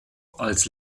als